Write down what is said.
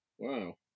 Wow